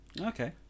okay